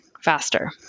faster